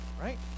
Right